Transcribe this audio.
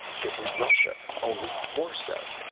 this is russia only more so.